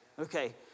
Okay